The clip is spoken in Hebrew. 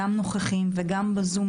גם נוכחים וגם בזום,